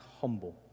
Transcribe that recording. humble